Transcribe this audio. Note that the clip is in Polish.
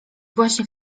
właśnie